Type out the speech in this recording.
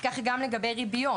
כך גם לגבי ריביות.